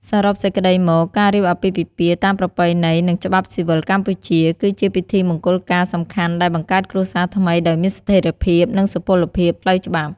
សរុបសេចក្តីមកការរៀបអាពាហ៍ពិពាហ៍តាមប្រពៃណី និងច្បាប់ស៊ីវិលកម្ពុជា គឺជាពិធីមង្គលការសំខាន់ដែលបង្កើតគ្រួសារថ្មីដោយមានស្ថេរភាព និង សុពលភាពផ្លូវច្បាប់។